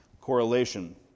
correlation